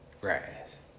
grass